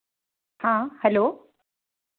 हाँ हेलो